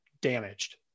damaged